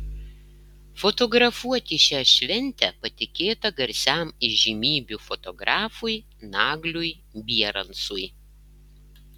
fotografuoti šią šventę patikėta garsiam įžymybių fotografui nagliui bierancui